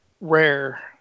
rare